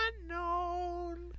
unknown